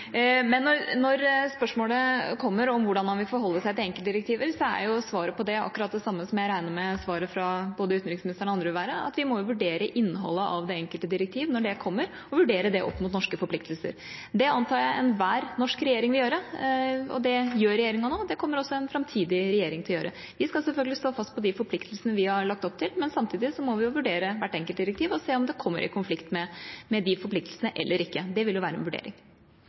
Når spørsmålet kommer om hvordan man vil forholde seg til enkeltdirektiver, er svaret på det akkurat det samme som jeg regner med svaret fra både utenriksministeren og andre vil være, at vi må vurdere innholdet av det enkelte direktiv når det kommer, og vurdere det opp mot norske forpliktelser. Det antar jeg enhver norsk regjering vil gjøre, og det gjør regjeringa nå. Det kommer også en framtidig regjering til å gjøre. Vi skal selvfølgelig stå fast på de forpliktelsene vi har lagt opp til, men samtidig må vi vurdere hvert enkelt direktiv og se om det kommer i konflikt med de forpliktelsene eller ikke. Det vil jo være en vurdering.